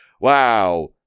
Wow